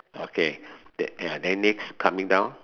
okay ya then next coming down